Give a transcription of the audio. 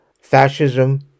fascism